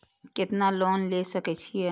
केतना लोन ले सके छीये?